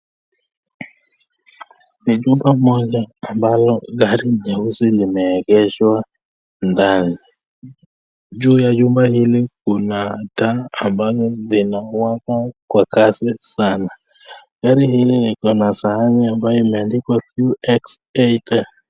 Ni jumba moja ambayo gari nyeusi imeegeshwa ndani, juu ya jumba hili kuna taa ambayo zinawaka kwa kasi sana, gari hili liko na sahani ambayo imeandikwa QX80.